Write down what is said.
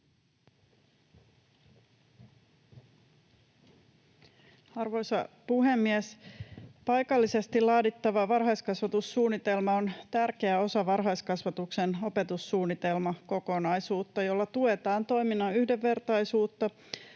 Tosiaankin, tämä paikallisesti laadittava varhaiskasvatussuunnitelma on hyvin tärkeä osa varhaiskasvatuksen opetussuunnitelmakokonaisuutta, jolla tuetaan toiminnan yhdenvertaista,